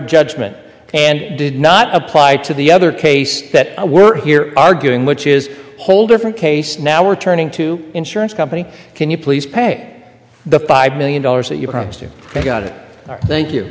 judgment and did not apply to the other case that we're here arguing which is whole different case now we're turning to insurance company can you please pay the five million dollars that you promised you got it thank you